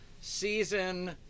season